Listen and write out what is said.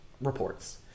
reports